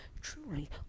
truly